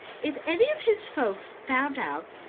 if any of his folks found out,